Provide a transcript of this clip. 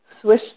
Swiss